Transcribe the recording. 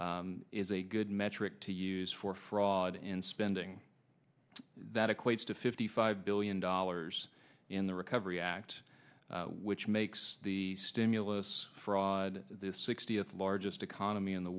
number is a good metric to use for fraud and spending that equates to fifty five billion dollars in the recovery act which makes the stimulus fraud the sixtieth largest economy in the